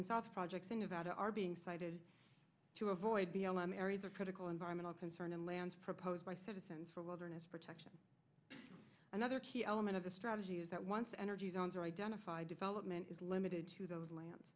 and south projects in nevada are being cited to avoid b l m areas of critical environmental concern and lands proposed by citizens for wilderness protection another key element of the strategy is that once energy zones are identified development is limited to those